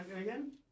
again